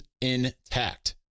intact